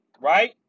Right